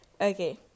okay